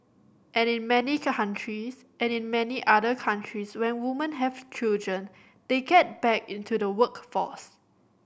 and in many countries and in many other countries when women have children they get back into the workforce